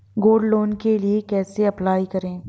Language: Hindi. गोल्ड लोंन के लिए कैसे अप्लाई करें?